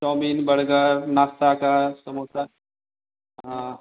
chowmein burger नाश्ता का समोसा हाँ